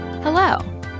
Hello